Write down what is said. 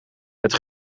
het